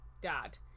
dad